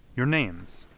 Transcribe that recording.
your names?